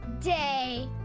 day